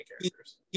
characters